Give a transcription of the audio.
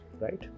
right